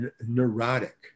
neurotic